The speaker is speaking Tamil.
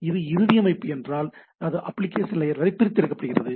இது இறுதி அமைப்பு என்றால் அது அப்ளிகேஷன் லேயர் வரை பிரித்தெடுக்கப்படுகிறது